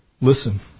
Listen